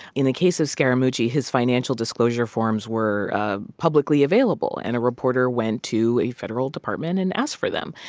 in the case of scaramucci, his financial disclosure forms were ah publicly available. and a reporter went to a federal department and asked for them.